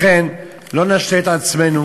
לכן, לא נשלה את עצמנו.